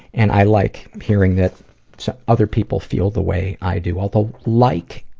and i like hearing that so other people feel the way i do, although like,